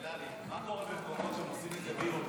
שאלה לי: מה קורה במקומות שעושים את זה BOT?